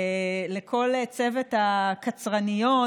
לכל צוות הקצרניות,